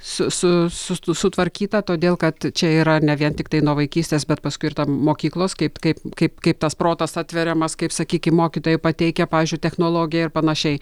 su su su sutvarkyta todėl kad čia yra ne vien tiktai nuo vaikystės bet paskui ir ta mokyklos kaip kaip kaip kaip tas protas atveriamas kaip sakykim mokytojai pateikia pavyzdžiui technologiją ir panašiai